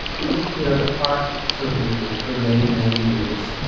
the you know the arc for me, for many, many years,